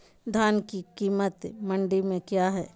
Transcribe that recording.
धान के कीमत मंडी में क्या है?